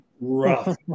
rough